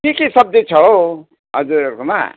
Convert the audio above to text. के के सब्जी छ हौ हजुरहरूकोमा